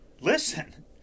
listen